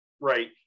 Right